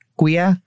kuya